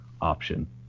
option